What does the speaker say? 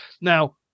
Now